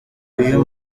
uyu